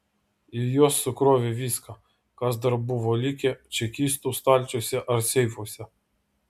į juos sukrovė viską kas dar buvo likę čekistų stalčiuose ar seifuose